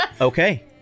Okay